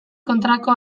kontrako